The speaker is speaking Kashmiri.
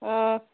آ